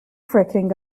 fracking